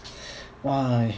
!wah!